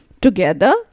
Together